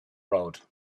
road